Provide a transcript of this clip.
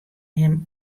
him